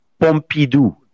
Pompidou